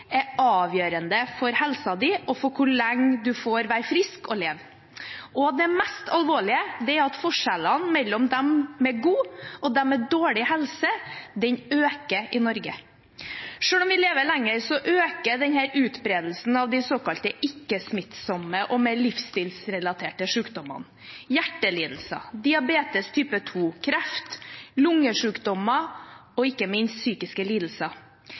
er avgjørende for helsa og for hvor lenge en får være frisk og leve. Det mest alvorlige er at forskjellene mellom dem med god og dem med dårlig helse øker i Norge. Selv om vi lever lenger, øker utbredelsen av de såkalt ikke-smittsomme og mer livsstilsrelaterte sykdommene, hjertelidelser, diabetes type 2, kreft, lungesykdommer og ikke minst psykiske lidelser.